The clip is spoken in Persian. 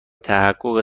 تحقق